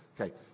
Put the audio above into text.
Okay